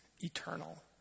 eternal